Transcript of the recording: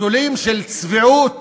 גדולים של צביעות